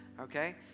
okay